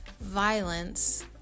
violence